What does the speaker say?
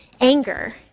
anger